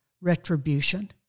retribution